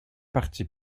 parties